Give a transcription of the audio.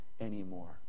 anymore